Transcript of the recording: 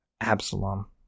Absalom